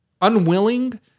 unwilling